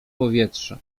powietrze